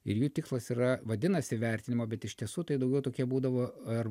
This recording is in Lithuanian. ir jų tikslas yra vadinasi vertinimo bet iš tiesų tai daugiau tokie būdavo ar